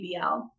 PBL